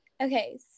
Okay